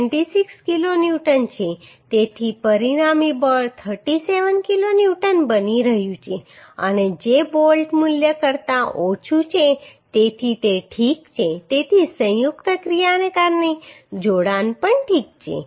26 kilo newton છે તેથી પરિણામી બળ 37 કિલો ન્યૂટન બની રહ્યું છે અને જે બોલ્ટ મૂલ્ય કરતાં ઓછું છે તેથી તે ઠીક છે તેથી સંયુક્ત ક્રિયાને કારણે જોડાણ પણ ઠીક છે